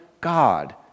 God